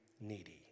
needy